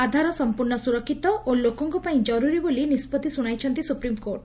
ଆଧାର ସମ୍ମର୍ଶ୍ର ସୁରକ୍ଷିତ ଓ ଲୋକଙ୍କ ପାଇଁ ଜରୁରୀ ବୋଲି ନିଷ୍ବଉି ଶୁଣାଇଛନ୍ତି ସୁପ୍ରିମକୋର୍ଟ